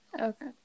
Okay